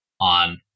on